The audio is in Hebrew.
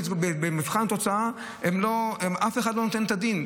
במבחן התוצאה אף אחד לא נותן את הדין.